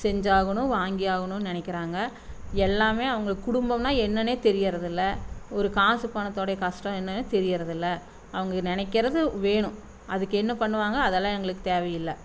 செஞ்சாகணும் வாங்கியாகனும்னு நினைக்குறாங்க எல்லாம் அவங்க குடும்பம்னா என்னானே தெரியறதில்ல ஒரு காசு பணத்தோடய கஷ்டம் என்னனு தெரியறதில்லை அவங்க நெனைக்குறது வேணும் அதுக்கு என்ன பண்ணுவாங்க அதலாம் எங்களுக்கு தேவையில்லை